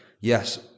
Yes